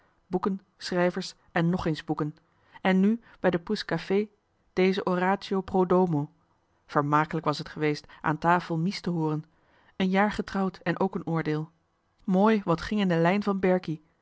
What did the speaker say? boeken schrijvers en nog eens boeken en nu bij de pousse café deze oratio pro domo vermakelijk was het geweest aan tafel mies te hooren een jaar getrouwd en ook een oordeel mooi wat ging in de lijn van